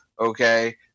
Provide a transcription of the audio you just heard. Okay